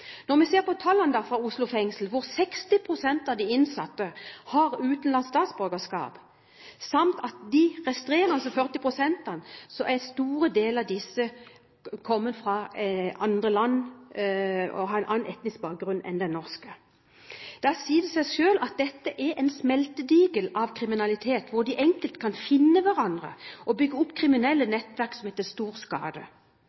Når vi ser på tallene fra Oslo fengsel, hvor 60 pst. av de innsatte har utenlandsk statsborgerskap, og blant de resterende 40 pst. kommer en stor del fra andre land og har en annen etnisk bakgrunn enn norsk, sier det seg selv at dette er en smeltedigel av kriminalitet, hvor de enkelt kan «finne» hverandre og bygge opp kriminelle